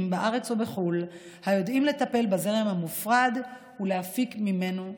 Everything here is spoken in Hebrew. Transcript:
בארץ או בחו"ל היודעים לטפל בזרם המופרד ולהפיק ממנו ערך.